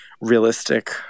realistic